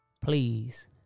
Please